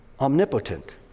omnipotent